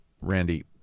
Randy